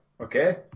Okay